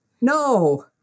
No